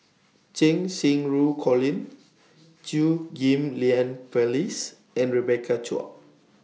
Cheng Xinru Colin Chew Ghim Lian Phyllis and Rebecca Chua